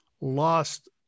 lost